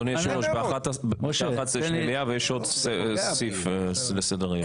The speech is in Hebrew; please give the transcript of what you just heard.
אדוני, יש ב-11 מליאה ויש עוד סעיף בסדר היום.